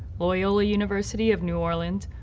loyola university of new orleans,